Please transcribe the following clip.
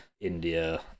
India